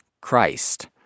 Christ